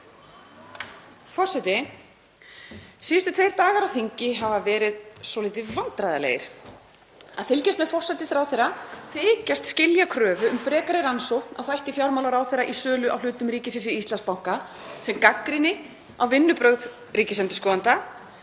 Forseti. Síðustu tveir dagar á þingi hafa verið svolítið vandræðalegir, að fylgjast með forsætisráðherra þykjast skilja kröfu um frekari rannsókn á þætti fjármálaráðherra í sölu á hlutum ríkisins í Íslandsbanka sem gagnrýni á vinnubrögð ríkisendurskoðanda,